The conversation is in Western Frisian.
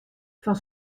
fan